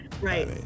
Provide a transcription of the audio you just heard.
Right